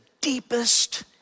deepest